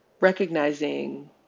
recognizing